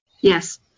Yes